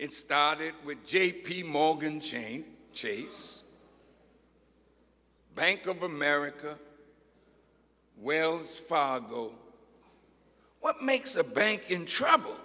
it started with j p morgan chain chase bank of america wells fargo what makes a bank in trouble